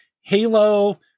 Halo